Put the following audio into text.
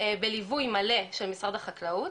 בליווי מלא של משרד החקלאות.